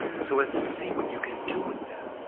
so as to see what you can do with them.